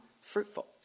fruitful